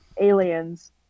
Aliens